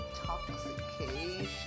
intoxication